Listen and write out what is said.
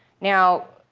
now,